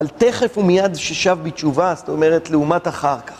על תכף ומיד ששב בתשובה, זאת אומרת, לעומת אחר כך.